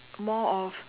more of